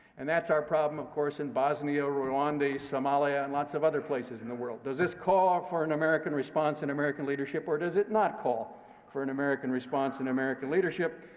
and that's our problem, of course, in bosnia, rwanda, somalia, and lots of other places in the world. does this call for an american response and american leadership, or does it not call for an american response and american leadership?